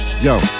Yo